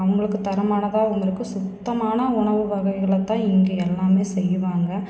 அவங்களுக்குத் தரமானதாக அவங்களுக்கு சுத்தமான உணவு வகைகளைத் தான் இங்கே எல்லாமே செய்வாங்க